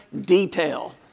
detail